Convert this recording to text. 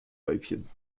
weibchen